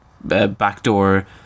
backdoor